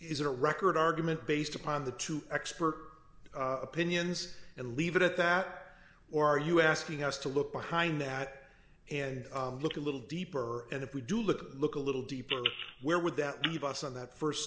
is a record argument based upon the two expert opinions and leave it at that or are you asking us to look behind that and look a little deeper and if we do look look a little deeper where would that leave us on that